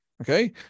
okay